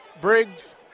Briggs